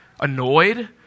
Annoyed